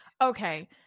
okay